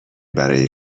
برای